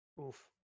oof